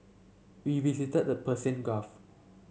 we visited the Persian Gulf